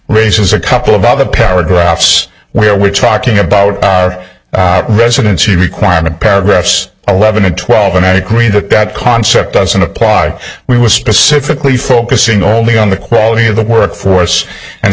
raises a couple of other paragraphs where we're talking about residency requirement paragraphs eleven and twelve and any green that that concept doesn't apply we were specifically focusing only on the quality of the work force and